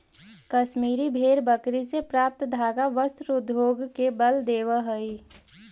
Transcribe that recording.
कश्मीरी भेड़ बकरी से प्राप्त धागा वस्त्र उद्योग के बल देवऽ हइ